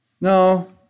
No